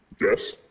Yes